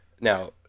Now